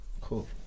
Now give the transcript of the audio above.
Cool